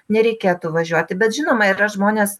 nereikėtų važiuoti bet žinoma yra žmonės